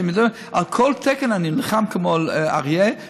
על כל תקן אני נלחם כמו אריה,